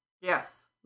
Yes